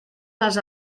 les